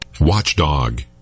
Watchdog